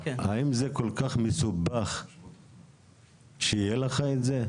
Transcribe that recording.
האם זה כל כך מסובך שיהיה לך את זה?